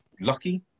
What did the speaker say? Lucky